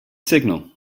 signal